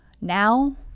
Now